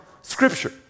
Scripture